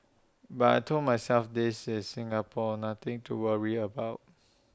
but I Told myself this is Singapore nothing to worry about